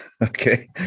Okay